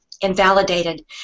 invalidated